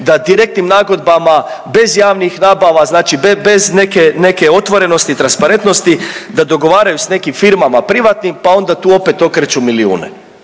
da direktnim nagodbama bez javnih nabava, znači be…, bez neke, neke otvorenosti i transparentnosti da dogovaraju s nekim firmama privatnim, pa onda tu opet okreću milijune,